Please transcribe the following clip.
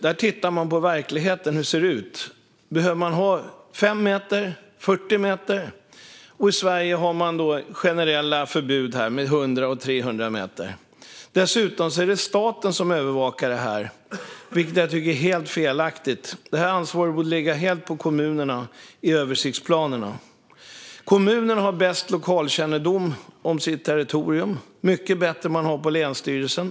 Där tittar man på hur det ser ut i verkligheten - om man behöver ha 5 meter eller 40 meter. I Sverige har man generella förbud och strandskydd på 100 eller 300 meter. Dessutom är det staten som övervakar detta, vilket jag tycker är helt felaktigt. Detta ansvar borde ligga helt på kommunerna i översiktsplanerna. Kommunen har bäst lokalkännedom om sitt territorium - mycket bättre än man har på länsstyrelsen.